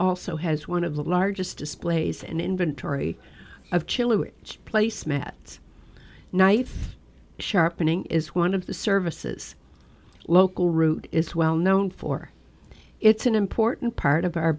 also has one of the largest displays and inventory of chili which placemats knife sharpening is one of the services local root is well known for it's an important part of our